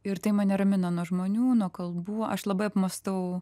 ir tai mane ramina nuo žmonių nuo kalbų aš labai apmąstau